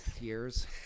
years